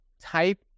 type